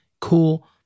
cool